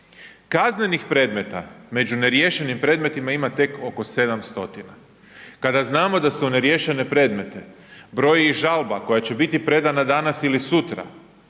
Kaznenih predmeta među neriješenim predmetima ima tek oko 700. Kada znamo da neriješene predmete broji i žalba koja će biti predana danas ili sutra,